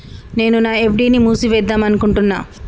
నేను నా ఎఫ్.డి ని మూసివేద్దాంనుకుంటున్న